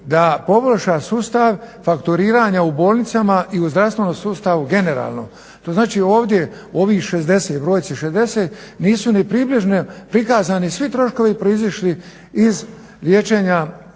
da pogrešan sustav fakturiranja u bolnicama i u zdravstvenom sustavu generalno, to znači ovdje ovoj brojci 60 nisu ni približno prikazani svi troškovi proizašli iz liječenja